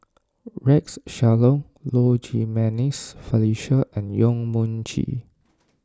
Rex Shelley Low Jimenez Felicia and Yong Mun Chee